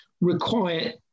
require